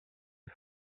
est